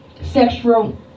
Sexual